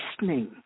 listening